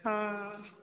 ହଁ